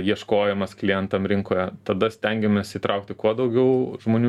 ieškojimas klientam rinkoje tada stengiamės įtraukti kuo daugiau žmonių